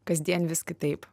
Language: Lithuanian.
kasdien vis kitaip